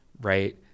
right